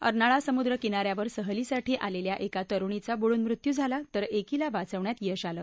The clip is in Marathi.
अर्नाळा समुद्र किनाऱ्यावर सहलीसाठी आलेल्या एका तरुणीचा बुडून मृत्यू झाला तर एकीला वाचवण्यात यश आलं